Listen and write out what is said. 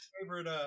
favorite